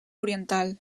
oriental